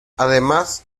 además